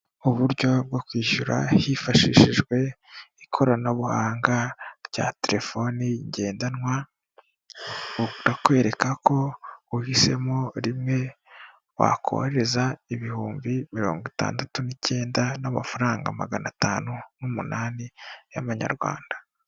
Uburyo bwo kwishyura hifashishijwe ikoranabuhanga rya telefoni ngendanwa, burakwereka ko uhisemo rimwe wakohereza ibihumbi mirongo itandatu n'icyenda n'amafaranga magana atanu n'umunani, y'amanyarwanda.